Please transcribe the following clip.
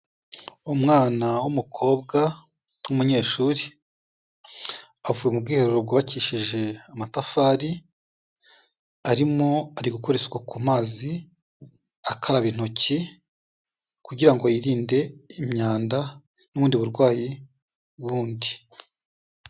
Umwana w'umukobwa w'umunyeshuri avuye mu ubwiherero bwubakishije amatafari, arimo ari gukora isuku ku mazi akaraba intoki kugira ngo yirinde imyanda n'ubundi burwayi bundi.